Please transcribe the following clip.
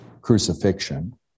crucifixion